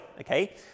Okay